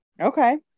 Okay